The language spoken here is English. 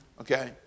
okay